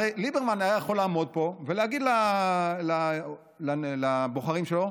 הרי ליברמן היה יכול לעמוד פה ולהגיד לבוחרים שלו: